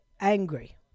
angry